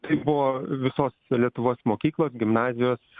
tai buvo visos lietuvos mokyklos gimnazijos